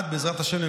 בעזרת השם,